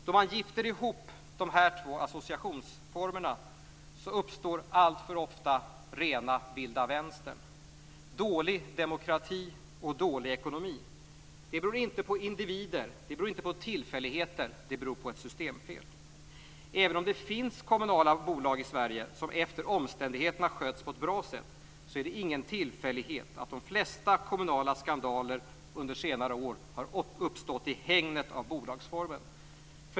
Då man gifter ihop de här två associationsformerna uppstår alltför ofta rena vilda vänstern: dålig demokrati och dålig ekonomi. Det beror inte på individer eller på tillfälligheter. Det beror på ett systemfel. Även om det finns kommunala bolag i Sverige som, efter omständigheterna, sköts på ett bra sätt, är det ingen tillfällighet att de flesta kommunala skandaler under senare år har uppstått i hägnet av bolagsformen.